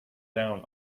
down